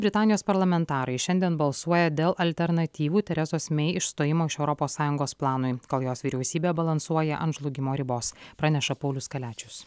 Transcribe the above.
britanijos parlamentarai šiandien balsuoja dėl alternatyvų teresos mei išstojimo iš europos sąjungos planui kol jos vyriausybė balansuoja ant žlugimo ribos praneša paulius kaliačius